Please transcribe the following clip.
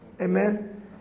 amen